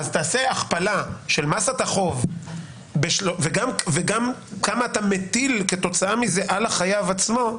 תעשה הכפלה של מסת החוב וגם כמה אתה מטיל כתוצאה מזה על החייב עצמו,